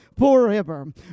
Forever